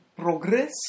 progress